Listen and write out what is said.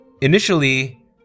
Initially